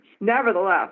Nevertheless